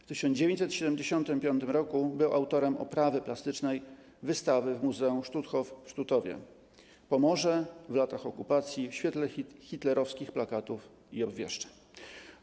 W 1975 r. był autorem oprawy plastycznej wystawy w Muzeum Stutthof w Sztutowie: „Pomorze w latach okupacji w świetle hitlerowskich plakatów i obwieszczeń”